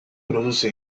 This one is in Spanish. produce